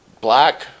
Black